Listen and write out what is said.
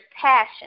passion